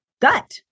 gut